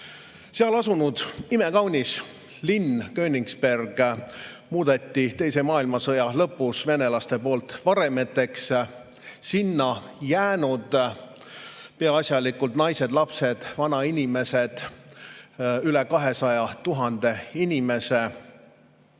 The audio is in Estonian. Imekaunis linn Königsberg muudeti teise maailmasõja lõpus venelaste poolt varemeteks. Sinna olid jäänud peaasjalikult naised, lapsed, vanainimesed – üle 200 000 inimese.